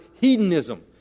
hedonism